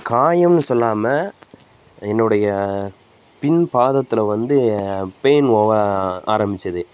காயம்னு சொல்லாமல் என்னுடைய பின் பாதத்தில் வந்து பெயின் ஓவராக ஆரமிச்சுது